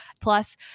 Plus